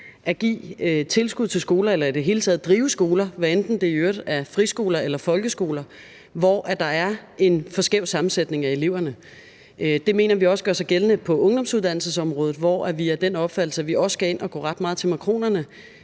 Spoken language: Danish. at give tilskud til skoler eller i det hele taget drive skoler, hvad enten det i øvrigt er friskoler eller folkeskoler, hvor der er en for skæv sammensætning af eleverne. Det mener vi også gør sig gældende på ungdomsuddannelsesområdet, hvor vi er af den opfattelse, at vi også skal ind og gå ret meget til makronerne